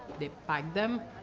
they pack them,